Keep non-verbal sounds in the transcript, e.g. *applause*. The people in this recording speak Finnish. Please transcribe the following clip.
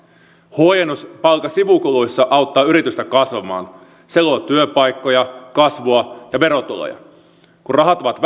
huojennus palkan sivukuluissa auttaa yritystä kasvamaan se luo työpaikkoja kasvua ja verotuloja kun rahat ovat *unintelligible*